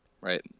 Right